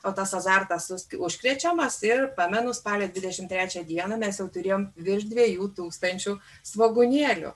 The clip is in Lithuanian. o tas azartas sus užkrečiamas ir pamenu spalio dvidešimt trečią dieną mes jau turėjom virš dviejų tūkstančių svogūnėlių